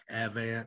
Avant